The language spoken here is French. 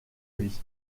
vie